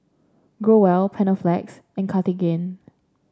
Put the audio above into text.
Growell Panaflex and Cartigain